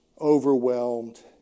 overwhelmed